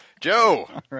Joe